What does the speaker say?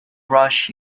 rush